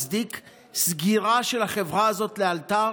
מצדיק סגירה של החברה הזאת לאלתר.